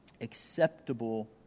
acceptable